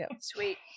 sweet